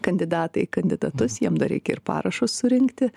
kandidatai į kandidatus jiem dar reikia ir parašus surinkti